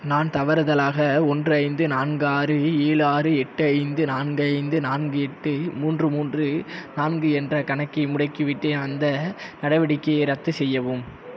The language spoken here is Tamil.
நான் தவறுதலாக ஒன்று ஐந்து நான்கு ஆறு ஏழு ஆறு எட்டு ஐந்து நான்கு ஐந்து நான்கு எட்டு மூன்று மூன்று நான்கு என்ற கணக்கை முடக்கிவிட்டேன் அந்த நடவடிக்கையை ரத்து செய்யவும்